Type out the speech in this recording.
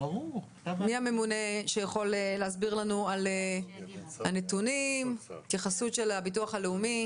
מי הממונה שיכול להסביר לנו על הנתונים של הביטוח הלאומי?